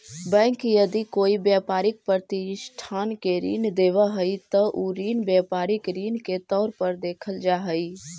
bank यदि कोई व्यापारिक प्रतिष्ठान के ऋण देवऽ हइ त उ ऋण व्यापारिक ऋण के तौर पर देखल जा हइ